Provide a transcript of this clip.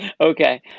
Okay